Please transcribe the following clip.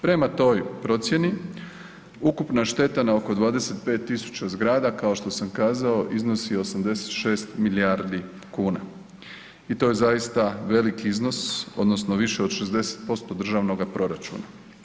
Prema toj procjeni, ukupna šteta na oko 25.000 zgrada kao što sam kazao iznosi 86 milijardi kuna i to je zaista veliki iznos odnosno više od 60% državnoga proračuna.